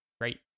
great